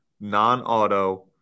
non-auto